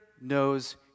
knows